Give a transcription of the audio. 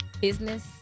business